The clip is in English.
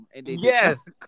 Yes